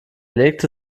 legte